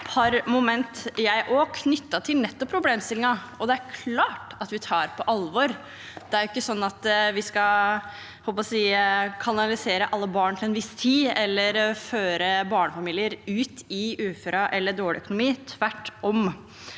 et par moment knyttet til problemstillingen. Det er klart at vi tar det på alvor. Det er jo ikke sånn at vi skal kanalisere alle barn til en viss tid eller føre barnefamilier ut i uføre eller dårlig økonomi – tvert om.